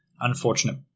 unfortunate